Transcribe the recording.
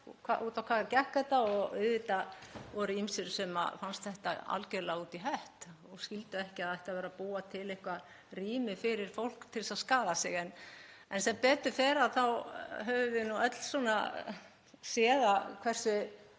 út á hvað þetta gekk og auðvitað voru ýmsir sem fannst þetta algerlega út í hött og skildu ekki að það ætti að vera að búa til eitthvert rými fyrir fólk til þess að skaða sig. En sem betur fer þá höfum við öll séð hversu